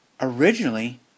originally